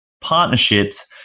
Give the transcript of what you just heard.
partnerships